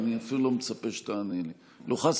ואני אפילו לא מצפה שתענה לי: לו חס